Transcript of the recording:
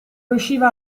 riusciva